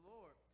Lord